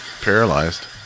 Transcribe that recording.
paralyzed